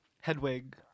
Hedwig